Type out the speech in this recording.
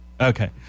Okay